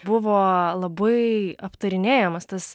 buvo labai aptarinėjamas tas